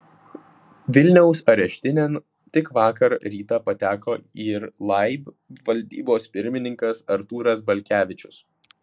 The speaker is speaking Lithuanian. vilniaus areštinėn tik vakar rytą pateko ir laib valdybos pirmininkas artūras balkevičius